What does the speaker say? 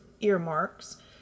earmarks